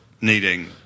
needing